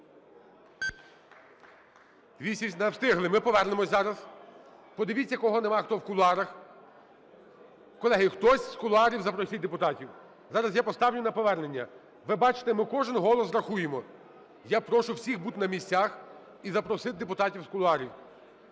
Не встигли. Ми повернемось зараз. Подивіться, кого нема, хто в кулуарах. Колеги, хтось з кулуарів запросіть депутатів. Зараз я поставлю на повернення. Ви бачите, ми кожен голос рахуємо. Я прошу всіх бути на місцях і запросити депутатів з кулуарів.